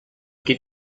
qui